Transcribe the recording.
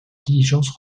diligence